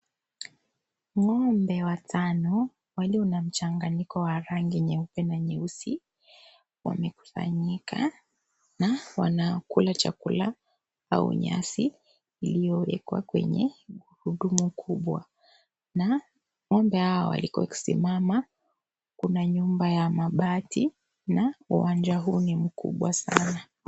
Ng'ombe watano walio na mchanganyiko wa rangi nyeupe na nyeusi, wamekusanyika na wanakula chakula au nyasi iliyowekwa kwenye gurudumu kubwa na ng'ombe hawa waliko simama kuna nyumba ya mabati na uwanja huu ni mkubwa sana.